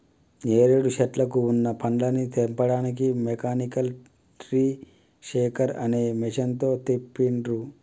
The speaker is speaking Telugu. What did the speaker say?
నేరేడు శెట్లకు వున్న పండ్లని తెంపడానికి మెకానికల్ ట్రీ షేకర్ అనే మెషిన్ తో తెంపిండ్రు